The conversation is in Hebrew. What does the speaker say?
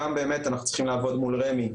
גם באמת אנחנו צריכים לעבוד מול רמ"י,